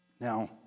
Now